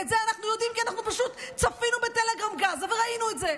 ואת זה אנחנו יודעים כי אנחנו פשוט צפינו בטלגרםGAZA וראינו את זה.